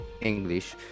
English